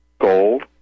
gold